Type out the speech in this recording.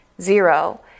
zero